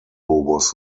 was